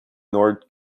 north